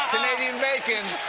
canadian bacon!